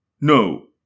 No